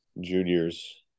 juniors